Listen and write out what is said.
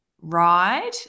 ride